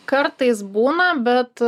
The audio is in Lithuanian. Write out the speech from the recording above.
kartais būna bet